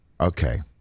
Okay